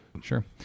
Sure